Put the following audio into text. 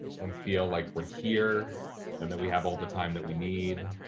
and feel like we're here and that we have all the time that we need.